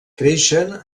creixen